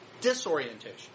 disorientation